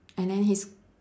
and then he's